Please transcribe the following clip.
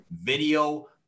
Video